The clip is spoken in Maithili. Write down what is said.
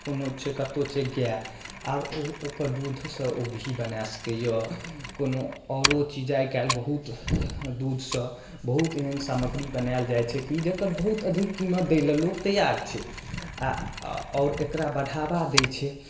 कोनो छै कतौ छै गाय आब ओकर दूधसँ ओ घी बनाए सकैया कोनो औरौ चीज आइकाल्हि बहुत दूधसँ बहुत एहन सामग्री बनायल जाइ छै कि जकर बहुत अधिक कीमत दैलए लोक तैयार छै आ आओर एकरा बढ़ाबा दै छै